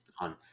on